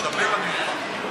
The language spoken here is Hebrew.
לדבר אני מוכן.